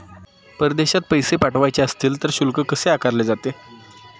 परदेशात पैसे पाठवायचे असतील तर शुल्क कसे आकारले जाते?